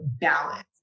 balance